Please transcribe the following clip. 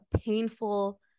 painful